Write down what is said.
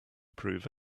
prove